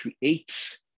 create